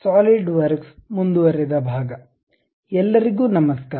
SolidWorks ಮುಂದುವರೆದ ಎಲ್ಲರಿಗೂ ನಮಸ್ಕಾರ